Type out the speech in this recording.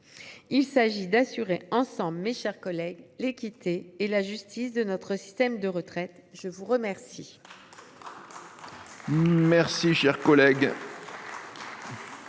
Il s’agit d’assurer ensemble, mes chers collègues, l’équité et la justice de notre système de retraite. Merci